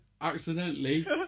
accidentally